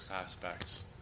aspects